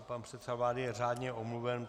Pan předseda vlády je řádně omluven.